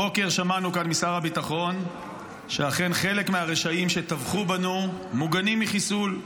הבוקר שמענו כאן משר הביטחון שאכן חלק מהרשעים שטבחו בנו מוגנים מחיסול.